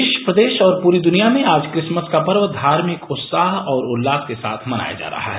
देश प्रदेश और पूरी दुनिया में आज क्रिसमस का पर्व धार्मिक उत्साह और उल्लास के साथ मनाया जा रहा है